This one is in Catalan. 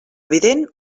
evident